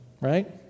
Right